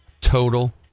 Total